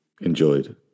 enjoyed